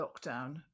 lockdown